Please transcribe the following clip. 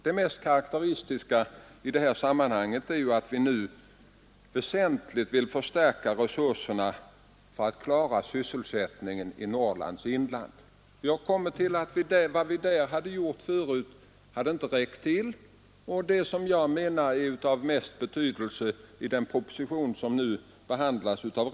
Det mest karakteristiska är att vi nu väsentligt vill förstärka resurserna för att klara sysselsättningen i Norrlands inland. Vi har kommit fram till slutsatsen att de åtgärder vi tidigare vidtagit där inte varit tillräckliga. Detta är, anser jag, det mest betydelsefulla i den proposition som nu behandlas i kammaren.